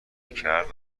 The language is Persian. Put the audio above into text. کرد